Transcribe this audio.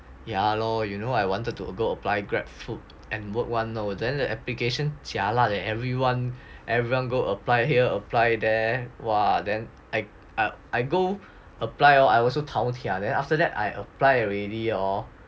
ya loh you know I wanted to go apply Grab food and work [one] then the application jialat leh everyone everyone go apply here apply there !wah! then I I go apply or I also taotia then after that I apply already hor